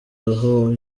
aho